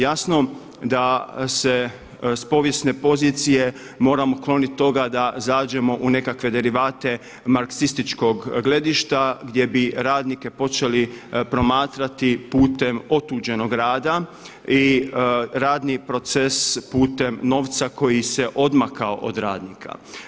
Jasno da se s povijesne pozicije moramo kloniti toga da zađemo u nekakve derivate marksističkog gledišta gdje bi radnike počeli promatrati putem otuđenog rada i radni proces putem novca koji se odmakao od radnika.